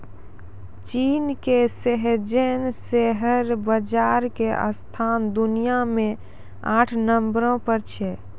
चीन के Shenzhen share बाजार के स्थान दुनिया मे आठ नम्बरो पर छै